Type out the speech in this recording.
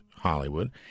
Hollywood